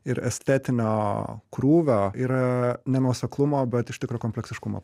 ir estetinio krūvio yra nenuoseklumo bet iš tikro kompleksiškumo